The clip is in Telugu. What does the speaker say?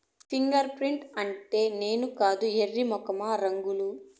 ఫింగర్ మిల్లెట్ అంటే నేను కాదు ఎర్రి మొఖమా రాగులు